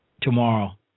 tomorrow